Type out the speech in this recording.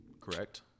Correct